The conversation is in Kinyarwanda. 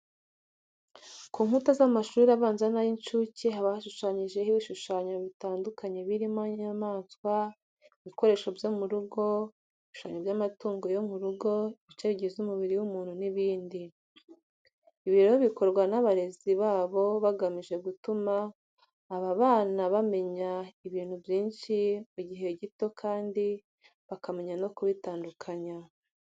Ku nkuta z'amashuri abanza n'ay'incuke haba hashushanyijeho ibishushanyo bitandukanye birimo inyamaswa, ibikoresho byo mu rugo, ibishushanyo by'amatungo yo mu rugo, ibice bigize umubiri w'umuntu n'ibindi. Ibi rero bikorwa n'abarezi babo bagamije gutuma aba bana bamenya ibintu byinshi mu gihe gito kandi bakamenya no kubitandukanya.